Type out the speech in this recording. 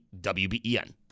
WBEN